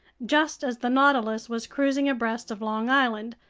just as the nautilus was cruising abreast of long island,